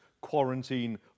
quarantine